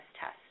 test